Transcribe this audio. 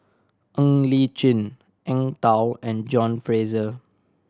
Ng Li Chin Eng Tow and John Fraser